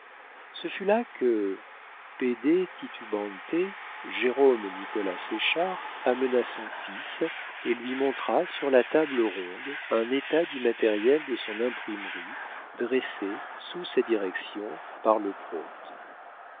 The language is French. ce fut là que pede titubante jérôme nicolas séchard amena son fils et lui montra sur la table ronde un état du matériel de son imprimerie dressé sous sa direction par le prote